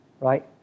Right